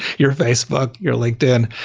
your facebook, your linkedin,